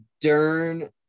Dern